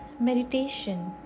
meditation